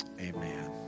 Amen